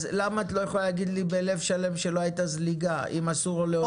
למה את לא יכולה להגיד לי בלב שלם שלא הייתה זליגה אם אסור לו להוציא?